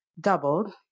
doubled